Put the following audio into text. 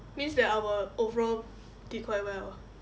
means that our overall did quite well